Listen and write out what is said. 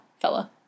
fella